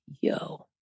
yo